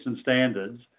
standards